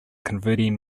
converting